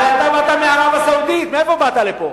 הרי אתה באת מערב-הסעודית, מאיפה באת לפה?